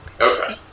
Okay